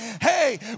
Hey